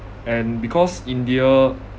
and because india